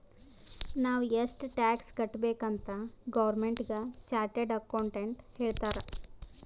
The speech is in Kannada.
ನಾವ್ ಎಷ್ಟ ಟ್ಯಾಕ್ಸ್ ಕಟ್ಬೇಕ್ ಅಂತ್ ಗೌರ್ಮೆಂಟ್ಗ ಚಾರ್ಟೆಡ್ ಅಕೌಂಟೆಂಟ್ ಹೇಳ್ತಾರ್